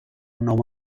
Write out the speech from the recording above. nou